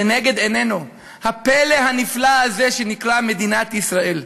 לנגד עינינו הפלא הנפלא הזה שנקרא מדינת ישראל.